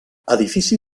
edifici